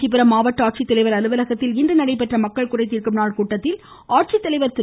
காஞ்சிபுரம் மாவட்ட ஆட்சித்தலைவர் அலுவலகத்தில் இன்று நடைபெற்ற மக்கள் குறைதீர்க்கும் நாள் கூட்டத்தில் ஆட்சித்தலைவர் திரு